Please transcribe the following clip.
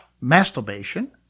masturbation